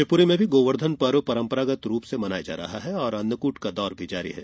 शिवपुरी में भी गोवर्धन पर्व परंपरागत रूप से मनाया जा रहा है और अन्नकूट का दौर भी जारी है